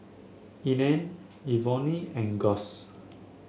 Ena Evonne and Gus